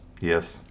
yes